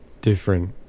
different